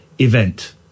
event